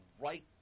right